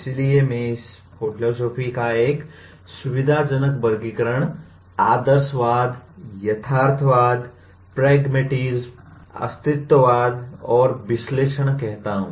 इसलिए मैं इसे फिलोसोफी का एक सुविधाजनक वर्गीकरण आदर्शवाद यथार्थवाद प्रैग्मैटिस्म अस्तित्ववाद और विश्लेषण कहता हूं